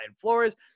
Flores